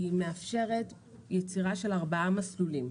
היא מאפשרת יצירה של ארבעה מסלולים.